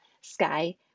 Sky